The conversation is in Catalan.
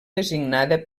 designada